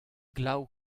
glav